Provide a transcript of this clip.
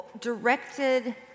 directed